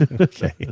Okay